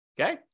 Okay